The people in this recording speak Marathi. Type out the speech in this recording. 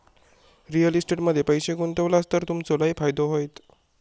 रिअल इस्टेट मध्ये पैशे गुंतवलास तर तुमचो लय फायदो होयत